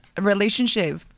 relationship